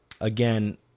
Again